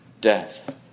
death